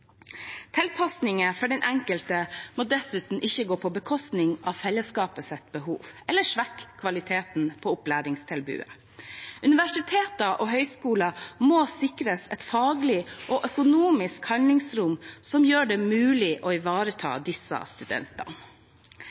Tilpasninger for den enkelte må dessuten ikke gå på bekostning av fellesskapets behov eller svekke kvaliteten på opplæringstilbudet. Universiteter og høyskoler må sikres et faglig og økonomisk handlingsrom som gjør det mulig å ivareta disse studentene.